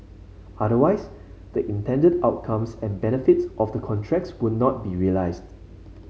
otherwise the intended outcomes and benefits of the contracts would not be realised